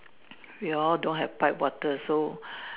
we all don't have pipe water so